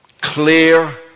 clear